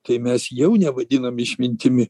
tai mes jau nevadinam išmintimi